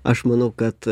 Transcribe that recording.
aš manau kad